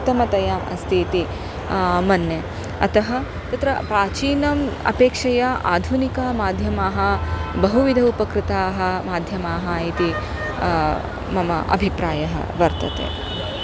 उत्तमतया अस्ति इति मन्ये अतः तत्र प्राचीनम् अपेक्षया आधुनिक माध्यमाः बहुविध उपकृताः माध्यमाः इति मम अभिप्रायः वर्तते